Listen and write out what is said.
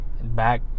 back